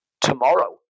tomorrow